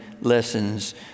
lessons